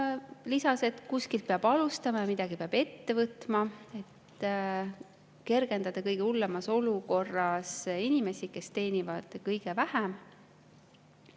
lisas, et kuskilt peab alustama ja midagi peab ette võtma, et [aidata] kõige hullemas olukorras olevaid inimesi, kes teenivad kõige vähem.